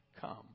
come